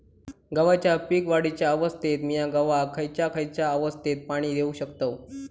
गव्हाच्या पीक वाढीच्या अवस्थेत मिया गव्हाक खैयचा खैयचा अवस्थेत पाणी देउक शकताव?